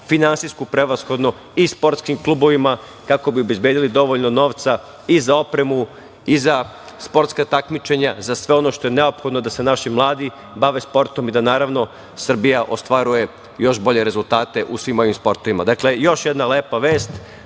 finansijsku prevashodno, i sportskim klubovima, kako bi obezbedili dovoljno novca i za opremu i za sportska takmičenja, za sve ono što je neophodno da se naši mladi bave sportom i da naravno Srbija ostvaruje još bolje rezultate u svim ovim sportovima. Još jedna lepa vest,